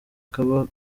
kaba